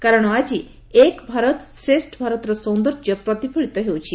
କାରଣ ଆଜି 'ଏକ୍ ଭାରତ୍ ଶ୍ରେଷ୍ ଭାରତ୍'ର ସୌନ୍ଦର୍ଯ୍ୟ ପ୍ରତିଫଳିତ ହେଉଛି